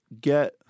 get